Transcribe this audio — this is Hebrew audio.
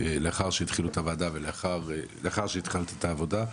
לאחר שהתחלת את העבודה,